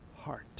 heart